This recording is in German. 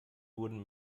wurden